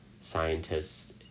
scientists